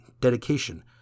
dedication